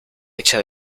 hecha